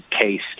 case